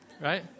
Right